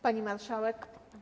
Pani Marszałek!